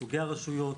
סוגי רשויות,